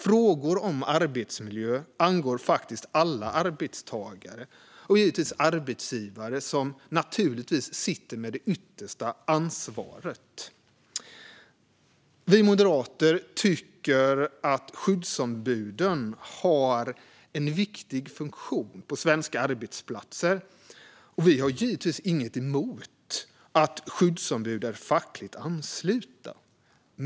Frågor om arbetsmiljö angår faktiskt alla arbetstagare och givetvis arbetsgivare, som naturligtvis sitter med det yttersta ansvaret. Vi moderater tycker att skyddsombuden har en viktig funktion på svenska arbetsplatser, och vi har givetvis inget emot att skyddsombud är fackligt anslutna.